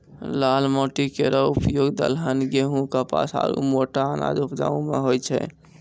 लाल माटी केरो उपयोग दलहन, गेंहू, कपास आरु मोटा अनाज उपजाय म होय छै